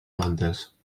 plantes